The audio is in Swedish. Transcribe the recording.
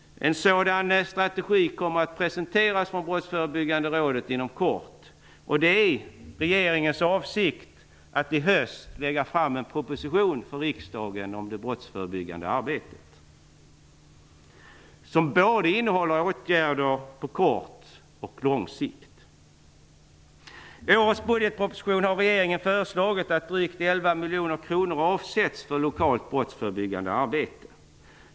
En sådan strategi kommer att presenteras från Brottsförebyggande rådet inom kort. Det är regeringens avsikt att i höst lägga fram en proposition för riksdagen om det brottsförebyggande arbetet som både innehåller åtgärder på kort och lång sikt. I årets budgetproposition har regeringen föreslagit att drygt 11 miljoner kronor avsätts för lokalt brottsförebyggande arbete.